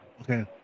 Okay